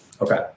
Okay